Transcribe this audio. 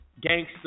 gangster